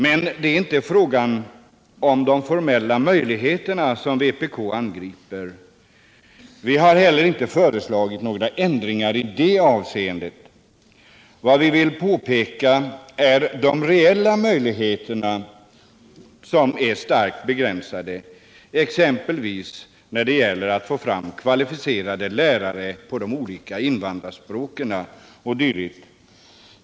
Men det är inte de formella möjligheterna som vpk angriper. Vi har inte heller föreslagit några ändringar i det avseendet. Vad vi vill påpeka är att de reella möjligheterna är starkt begränsade, exempelvis när det gäller att få fram kvalificerade lärare på de olika invandrarspråken.